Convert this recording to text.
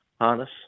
Harness